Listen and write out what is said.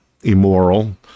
immoral